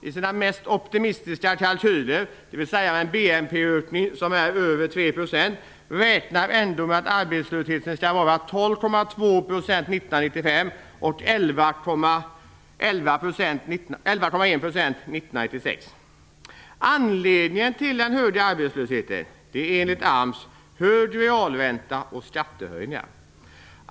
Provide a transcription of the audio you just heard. I sina mest optimistiska kalkyler, dvs. när man tänker sig en BNP-ökning på över 3 %, räknar AMS ändå med en arbetslöshet på 12,2 % 1995 och 11,1 % 1996. Anledningen till den höga arbetslösheten är enligt AMS hög realränta och skattehöjningar.